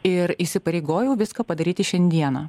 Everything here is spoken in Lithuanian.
ir įsipareigojau viską padaryti šiandieną